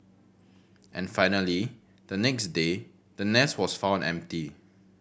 and finally the next day the nest was found empty